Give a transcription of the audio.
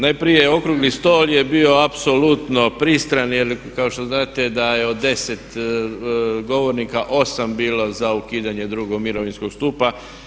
Najprije okrugli stol je bio apsolutno pristran jer kao što znate da je od 10 govornika 8 bilo za ukidanje drugog mirovinskog stupa.